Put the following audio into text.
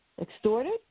extorted